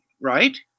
right